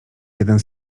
jeden